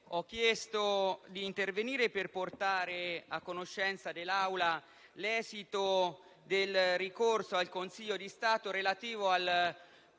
ho chiesto di intervenire per portare a conoscenza dell'Assemblea l'esito del ricorso al Consiglio di Stato relativo al